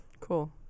cool